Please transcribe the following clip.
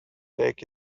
take